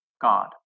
God